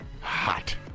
Hot